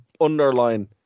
underline